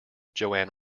joan